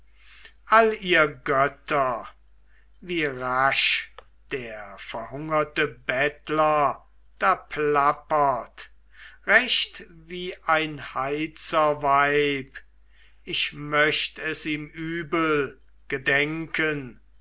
all ihr götter wie rasch der verhungerte bettler da plappert recht wie ein heizerweib ich möcht es ihm übel gedenken